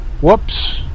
whoops